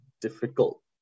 difficult